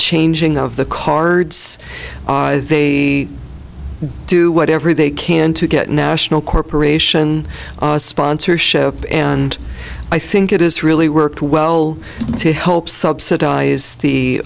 changing of the cards they do whatever they can to get national corporation sponsorship and i think it is really worked well to help subsidize the